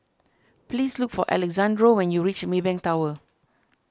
please look for Alexandro when you reach Maybank Tower